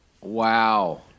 Wow